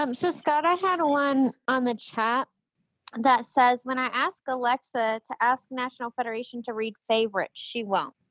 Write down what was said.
um so scott i had one on the chat and that says when i ask alexa to ask national federation to read favorites she won't.